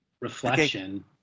Reflection